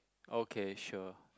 okay sure